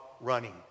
running